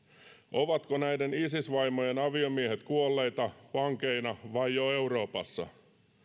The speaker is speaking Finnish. ovatko näiden isis vaimojen aviomiehet kuolleita vankeina vai jo euroopassa